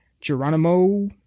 Geronimo